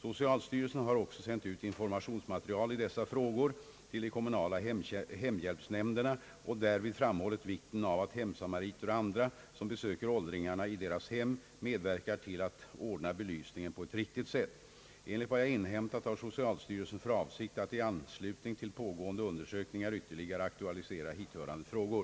Socialstyrelsen har också sänt ut informationsmaterial i dessa frågor till de kommunala hemhjälpsnämnderna och därvid framhållit vikten av att hemsamariter och andra, som besöker åldringarna i deras hem, medverkar till att ordna belysningen på ett riktigt sätt. Enligt vad jag inhämtat har socialstyrelsen för avsikt att i anslutning till pågående undersökningar ytterligare aktualisera hithörande frågor.